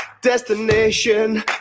Destination